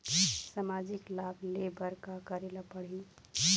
सामाजिक लाभ ले बर का करे ला पड़ही?